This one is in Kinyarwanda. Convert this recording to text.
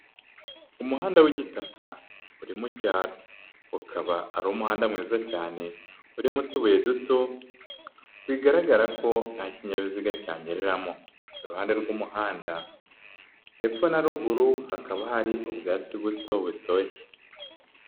Umuhanda w'igitaka uri mu cyaro, ukaba ari umuhanda mwiza cyane urimo utubuye duto bigaragara ko nta kinyabiziga cyanyereramo, iruhande rw'umuhanda hepfo na ruguru hakaba hari ubwatsi buto butoshye.